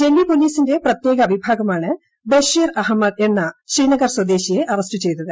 ഡൽഹി പോലീസിന്റെ പ്രത്യേക വിഭാഗമാണ് ബഷീർ അഹമ്മദ് എന്ന ശ്രീനഗർ സ്വദേശിയെ അറസ്റ്റ് ചെയ്തത്